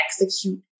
execute